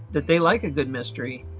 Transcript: that they like a good mystery.